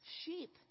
sheep